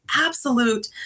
absolute